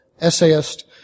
essayist